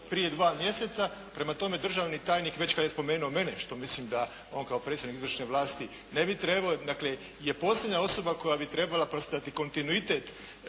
prije dva mjeseca. Prema tome, državni tajnik već kad je spomenuo mene, što mislim da on kao predstavnik izvršne vlasti ne bi trebao, dakle je …/Govornik se ne razumije./… osoba koja bi trebala predstavljati kontinuitet